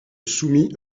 soumis